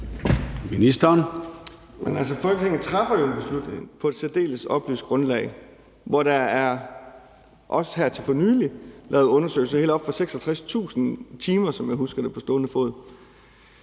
Danielsen): Folketinget træffer jo en beslutning på et særdeles oplyst grundlag, hvor der også her for nylig er lavet undersøgelser – i helt op til 66.000 timer, som jeg husker det på stående fod.